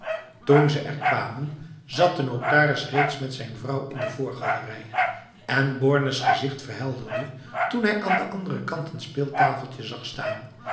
toen ze er kwamen zat de notaris reeds met zijn vrouw in de voorgalerij en bornes gezicht verhelderde toen hij aan de andere kant een speeltafeltje zag staan